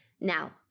Now